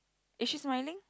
is she smiling